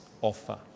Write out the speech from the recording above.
offer